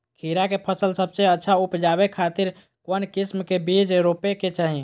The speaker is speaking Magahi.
खीरा के फसल सबसे अच्छा उबजावे खातिर कौन किस्म के बीज रोपे के चाही?